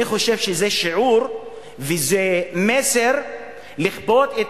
אני חושב שזה שיעור וזה מסר לכפות את